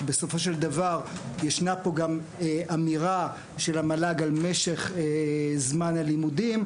בסופו של דבר ישנה פה גם אמירה של המל"ג על משך זמן הלימודים.